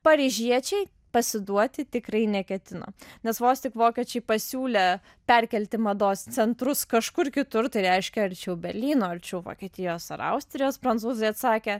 paryžiečiai pasiduoti tikrai neketino nes vos tik vokiečiai pasiūlė perkelti mados centrus kažkur kitur tai reiškia arčiau berlyno arčiau vokietijos ar austrijos prancūzai atsakė